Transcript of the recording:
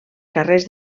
carrers